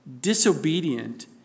disobedient